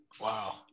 wow